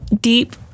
deep